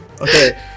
Okay